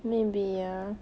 maybe ah